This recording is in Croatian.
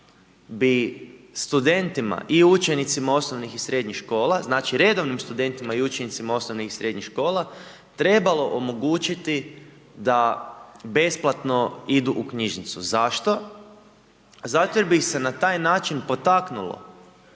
bi studentima i učenicima osnovnih i srednjih škola, znači redovnim studentima i učenicima osnovnih i srednjih škola trebalo omogućiti da besplatno idu u knjižnicu. Zašto? Zato jer bi ih se na taj način potaknulo